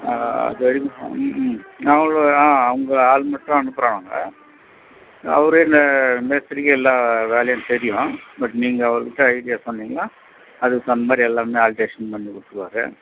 அதுவரைக்கும் ம் அவ்வளோ ஆ அவங்க ஆள் மட்டும் அனுப்புவாங்க அவரே மேஸ்திரிக்கே எல்லா வேலையும் தெரியும் பட் நீங்கள் அவர் கிட்டே ஐடியா சொன்னீங்கன்னால் அதுக்கு தகுந்த மாதிரி எல்லாமே ஆல்ட்ரேஷன் பண்ணி கொடுத்துருவாரு